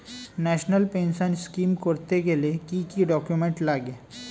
National pension scheme করতে গেলে কি কি ডকুমেন্ট লাগে?